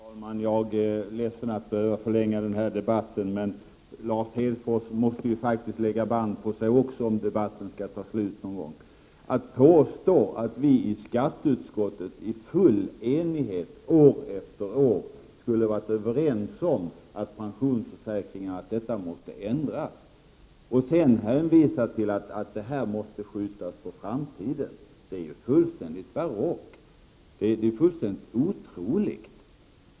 Fru talman! Jag är ledsen över att behöva förlänga den här debatten. Men Lars Hedfors måste faktiskt också lägga band på sig om debatten skall ta slut någon gång. Att påstå att vi i skatteutskottet i full enighet år efter år skulle ha varit överens om att detta med pensionsförsäkringen måste ändras, och sedan hänvisa till att den saken måste skjutas på framtiden — det är fullständigt barockt, fullständigt otroligt.